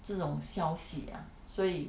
这种消息 ah 所以